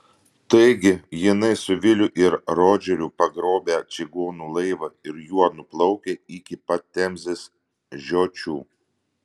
taigi jinai su viliu ir rodžeriu pagrobę čigonų laivą ir juo nuplaukę iki pat temzės žiočių